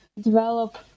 develop